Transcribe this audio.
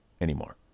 anymore